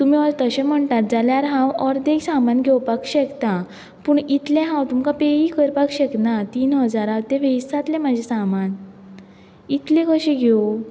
तुमी अतशें म्हणटात जाल्यार हांव अर्दें सामान घेवपाक शकता पूण इतलें हांव तुमकां पेय करपाक शकना तीन हजारा तें वेश्ट जातलें म्हजें सामान इतलें कशें घेवूं